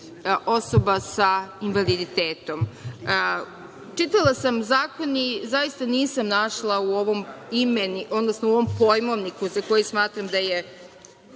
osoba sa invaliditetom. Čitala sam zakon i zaista nisam našla u ovom pojmovniku za koji smatram da je